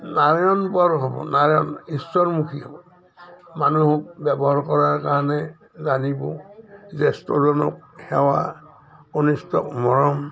নাৰায়ণ পোৱাৰ হ'ব নাৰায়ণ ঈশ্বৰমুখী হ'ব মানুহক ব্যৱহাৰ কৰাৰ কাৰণে জানিব জ্যেষ্ঠজনক সেৱা কনিষ্ঠজনক মৰম